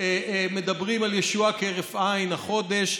מדברים על ישועה כהרף עין החודש.